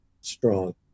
strong